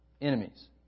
enemies